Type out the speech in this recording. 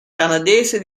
canadese